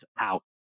out